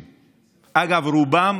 אגב, רובם